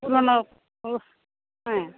পুরোনো হ্যাঁ